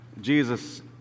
Jesus